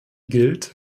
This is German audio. gilt